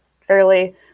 fairly